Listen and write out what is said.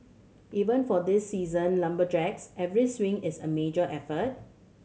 even for these seasoned lumberjacks every swing is a major effort